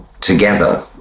together